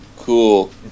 Cool